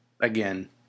again